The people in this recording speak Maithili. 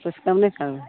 किछु कम नहि करबै